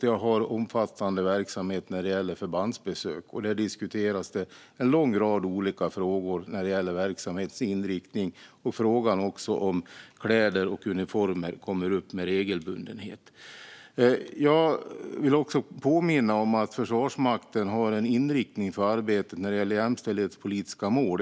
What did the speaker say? Jag har omfattande verksamhet när det gäller förbandsbesök, och där diskuteras en lång rad olika frågor när det gäller verksamhetsinriktning. Frågan om kläder och uniformer kommer också upp med regelbundenhet. Jag vill påminna om att Försvarsmakten har en inriktning för arbetet när det gäller jämställdhetspolitiska mål.